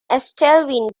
estelle